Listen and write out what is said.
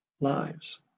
lives